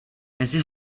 mezi